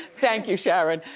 thank you, sharon.